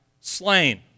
slain